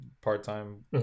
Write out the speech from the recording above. part-time